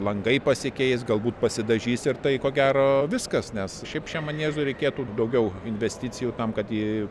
langai pasikeis galbūt pasidažys ir tai ko gero viskas nes šiaip šiam maniežui reikėtų daugiau investicijų tam kad jį